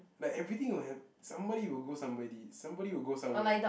like everything will have somebody will go somewhere deep somebody will go somewhere